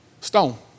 stone